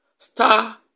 Star